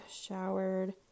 showered